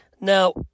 Now